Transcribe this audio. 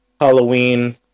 Halloween